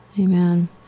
Amen